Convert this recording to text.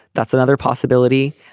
that's another possibility.